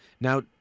Now